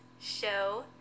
show